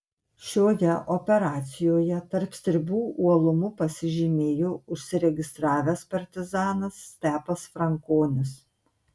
šioje operacijoje tarp stribų uolumu pasižymėjo užsiregistravęs partizanas stepas frankonis